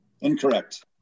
Incorrect